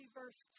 verse